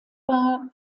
war